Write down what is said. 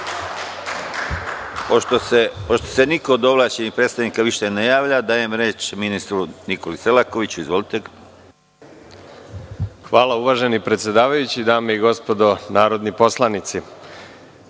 Pošto se niko od ovlašćenih predstavnika više ne javlja, dajem reč ministru Nikoli Selakoviću. **Nikola Selaković** Hvala uvaženi predsedavajući. Dame i gospodo narodni poslanici,